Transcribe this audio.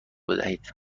بدهید